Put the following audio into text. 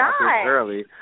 early